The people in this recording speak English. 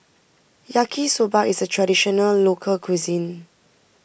Yaki Soba is a Traditional Local Cuisine